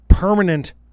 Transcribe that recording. Permanent